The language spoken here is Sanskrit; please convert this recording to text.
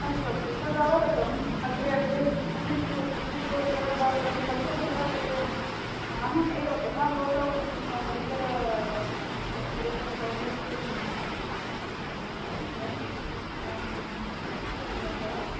अस्तु अस्तु तदवगतम् अग्रे अग्रे अन्यत् किमस्ति इत्युक्तौ उत्तरभारतं तत्र कुत्रापि एवम् अहम् एवं यथा भवता उक्तं सा परिसर परिसरसौन्दर्यमहम् इतोऽपि द्रष्टुमिच्छामि तथा कुत्रापि भवता